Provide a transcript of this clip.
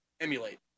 emulate